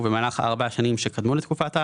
ובמהלך ארבע השנים שקדמו לתקופת ההלוואה.